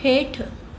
हेठि